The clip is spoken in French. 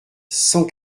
cent